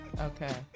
Okay